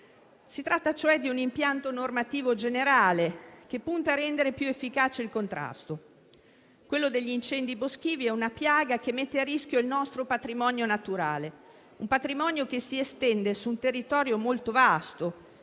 Si tratta di un impianto normativo generale, che punta a rendere più efficace il contrasto. Gli incendi boschivi sono una piaga che mette a rischio il nostro patrimonio naturale, che si estende su un territorio molto vasto,